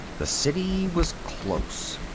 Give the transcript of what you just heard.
the city was close,